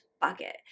bucket